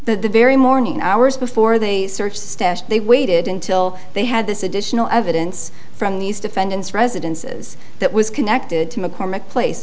the very morning hours before they search staff they waited until they had this additional evidence from these defendants residences that was connected to mccormick place